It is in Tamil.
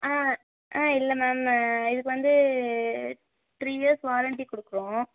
ஆ ஆ இல்லை மேம் இதுக்கு வந்து த்ரீ இயர்ஸ் வாரண்ட்டி கொடுக்குறோம்